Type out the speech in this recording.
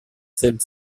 celle